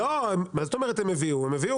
אגיד לך מה ההנחות,